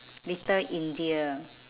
little india